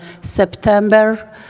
September